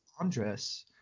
andres